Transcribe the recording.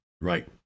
Right